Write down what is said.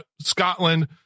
Scotland